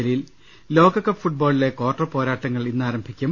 ജലീൽ ലോകകപ്പ് ഫുട്ബോളിലെ കാർട്ടർ പോരാട്ടങ്ങൾ ഇന്ന് ആരംഭിക്കും